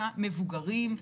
מבוגרים,